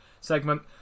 segment